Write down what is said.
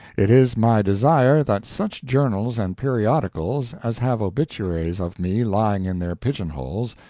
it is my desire that such journals and periodicals as have obituaries of me lying in their pigeonholes,